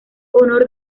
honor